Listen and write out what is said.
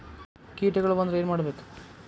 ಕೇಟಗಳ ಬಂದ್ರ ಏನ್ ಮಾಡ್ಬೇಕ್?